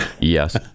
Yes